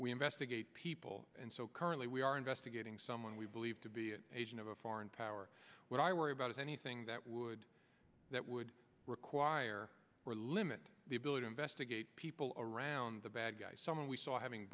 we investigate people and so currently we are investigating someone we believe to be an agent of a foreign power what i worry about is anything that would that would require or limit the ability investigate people around the bad guy someone we saw having